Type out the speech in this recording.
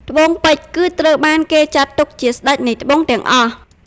ត្បូងពេជ្រ គឺត្រូវបានគេចាត់ទុកជាស្តេចនៃត្បូងទាំងអស់។